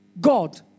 God